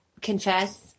confess